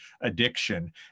addiction